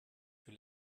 für